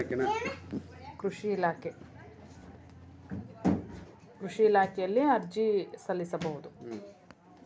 ಹನಿ ನೇರಾವರಿ ವ್ಯವಸ್ಥೆ ಮಾಡಲು ಯಾವ ಕಚೇರಿಯಲ್ಲಿ ಅರ್ಜಿ ಹಾಕಬೇಕು?